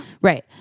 right